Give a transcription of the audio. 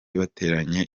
bateraniye